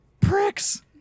Pricks